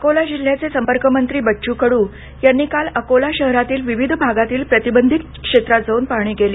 अकोला जिल्याचे संपर्कमंत्री बच्चू कडू यांनी काल अकोला शहरातील विविध भागातील प्रतिबंधित क्षेत्रात जाऊन पाहणी केली